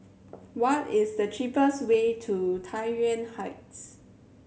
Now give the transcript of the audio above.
what is the cheapest way to Tai Yuan Heights